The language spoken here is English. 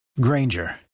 Granger